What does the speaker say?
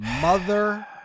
mother